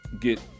get